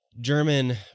German